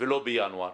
ולא בינואר,